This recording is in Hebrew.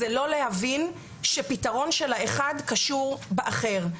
זה לא להבין שפתרון של האחד קשור באחר.